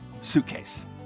suitcase